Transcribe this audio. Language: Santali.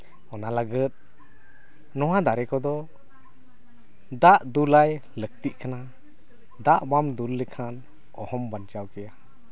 ᱚᱱᱟ ᱞᱟᱹᱜᱤᱫ ᱱᱚᱣᱟ ᱫᱟᱨᱮ ᱠᱚᱫᱚ ᱫᱟᱜ ᱫᱩᱞᱟᱭ ᱞᱟᱹᱠᱛᱤᱜ ᱠᱟᱱᱟ ᱫᱟᱜ ᱵᱟᱢ ᱫᱩᱞ ᱞᱮᱠᱷᱟᱱ ᱚᱦᱚᱢ ᱵᱟᱧᱪᱟᱣ ᱠᱮᱭᱟ